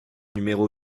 numéro